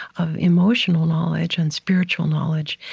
of emotional knowledge and spiritual knowledge.